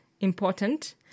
important